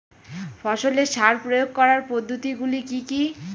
ফসলে সার প্রয়োগ করার পদ্ধতি গুলি কি কী?